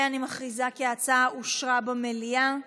אני מכריזה כי ההצעה אושרה במליאה.